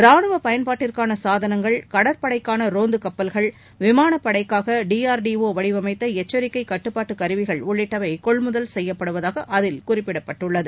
ராணுவ பயன்பாட்டிற்கான சாதனங்கள் கடற்படைக்கான ரோந்து கப்பல்கள் விமான படைக்காக டிஆர்டிஓ வடிவமைத்த எச்சரிக்கை கட்டுப்பாட்டு கருவிகள் உள்ளிட்டவை கொள்முதல் செய்யப்படுவதாக அதில் குறிப்பிடப்பட்டுள்ளது